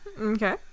Okay